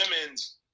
women's